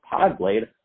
PodBlade